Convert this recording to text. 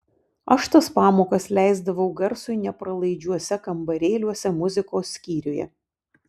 aš tas pamokas leisdavau garsui nepralaidžiuose kambarėliuose muzikos skyriuje